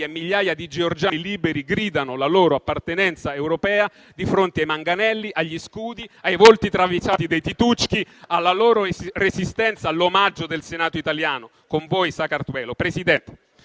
e migliaia di georgiani liberi gridano la loro appartenenza europea di fronte ai manganelli, agli scudi, ai volti travisati dei *titushky*, alla loro resistenza, all'omaggio del Senato italiano. Con voi, Sakartvelo. Signor Presidente,